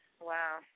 Wow